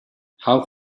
how